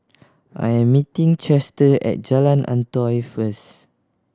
I'm meeting Chester at Jalan Antoi first